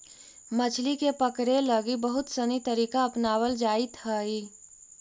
मछली के पकड़े लगी बहुत सनी तरीका अपनावल जाइत हइ